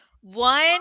One